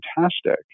fantastic